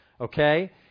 Okay